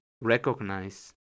recognize